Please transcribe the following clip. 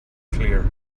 clear